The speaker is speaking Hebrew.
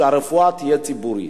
שהרפואה תהיה ציבורית.